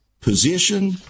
position